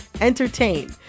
entertain